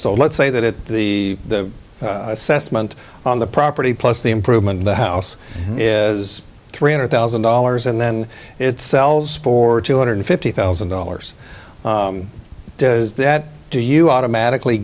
so let's say that at the the assessment on the property plus the improvement the house is three hundred thousand dollars and then it sells for two hundred fifty thousand dollars does that do you automatically